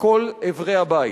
מכל עברי הבית: